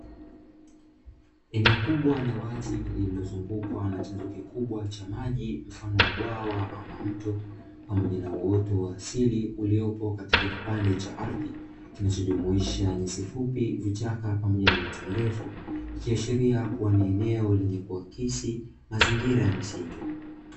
Eneo kubwa la wazi lililozungukwa na chanzo kikubwa cha maji mfano wa bwawa ama mto, pamoja na uoto wa asili uliopo katika kipande cha ardhi kinachojumuisha nyasi fupi, vichaka, pamoja na miti mirefu. Ikiashiria kuwa ni eneo lenye kuakisi mazingira ya msitu.